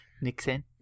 Nixon